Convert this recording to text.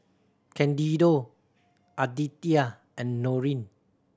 Candido Aditya and Norene